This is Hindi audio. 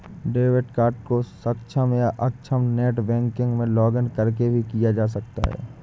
डेबिट कार्ड को सक्षम या अक्षम नेट बैंकिंग में लॉगिंन करके भी किया जा सकता है